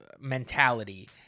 mentality